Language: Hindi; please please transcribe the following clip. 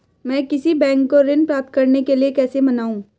मैं किसी बैंक को ऋण प्राप्त करने के लिए कैसे मनाऊं?